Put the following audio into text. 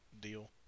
deal